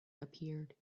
appeared